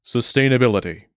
Sustainability